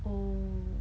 oh